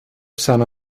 san